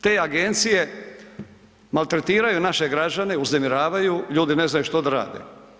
Te agencije maltretiraju naše građane, uznemiravaju, ljudi ne znaju što da rade.